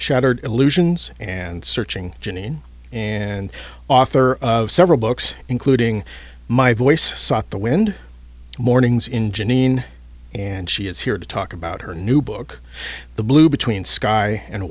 shattered illusions and searching janine and author of several books including my voice sought the wind mornings in janine and she is here to talk about her new book the blue between sky and